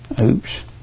Oops